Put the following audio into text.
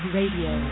Radio